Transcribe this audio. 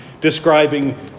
describing